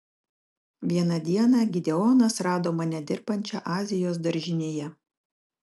vieną dieną gideonas rado mane dirbančią azijos daržinėje